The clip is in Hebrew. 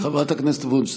חברת הכנסת וונש,